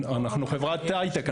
אנחנו חברת הייטק,